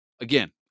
again